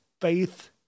Faith